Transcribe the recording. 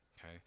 okay